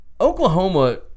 Oklahoma